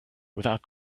without